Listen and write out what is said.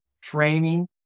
Training